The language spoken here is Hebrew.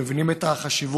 אנחנו מבינים את החשיבות